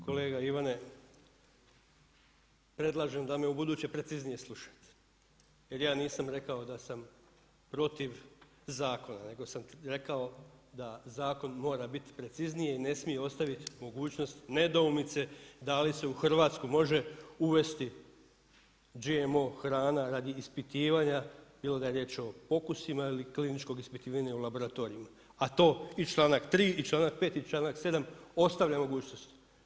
Kolega Ivane, predlažem da me ubuduće preciznije slušate, jer ja nisam rekao da sam protiv zakona, nego sam rekao da zakon mora biti precizniji i ne smije ostaviti mogućnost nedoumice da li se u Hrvatsku može uvesti GMO hrana radi ispitivanja, bilo da je riječ o pokusima ili kliničkog ispitivanja u laboratoriju, a to i članak 3 i članak 5 i članak 7 ostavlja mogućnost.